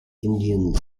indians